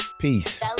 peace